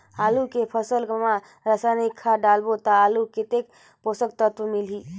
आलू के फसल मा रसायनिक खाद डालबो ता आलू कतेक पोषक तत्व मिलही?